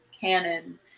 Canon